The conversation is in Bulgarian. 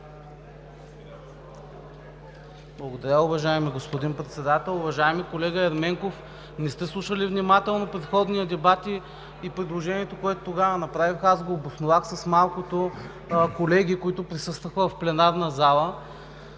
Председател. Уважаеми господин Председател! Уважаеми колега Ерменков, не сте слушали внимателно предходния дебат и предложението, което тогава направих, аз го обосновах с малкото колеги, които присъстваха в пленарна зала,